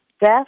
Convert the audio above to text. death